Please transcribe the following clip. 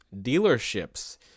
dealerships